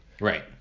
right